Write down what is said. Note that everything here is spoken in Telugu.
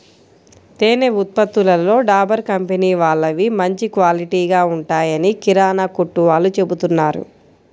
తేనె ఉత్పత్తులలో డాబర్ కంపెనీ వాళ్ళవి మంచి క్వాలిటీగా ఉంటాయని కిరానా కొట్టు వాళ్ళు చెబుతున్నారు